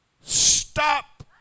Stop